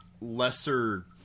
lesser